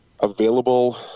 available